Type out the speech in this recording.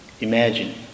Imagine